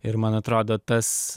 ir man atrodo tas